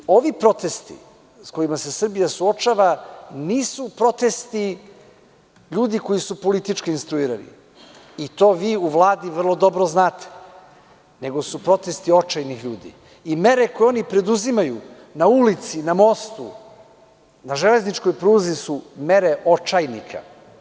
Ovi protesti sa kojima se Srbija suočava nisu protesti ljudi koji su politički instruirani i to vi u Vladi vrlo dobro znate, nego su protesti očajnih ljudi i mere koje oni preduzimaju na ulici, na mostu, na železničkoj pruzi su mere očajnika.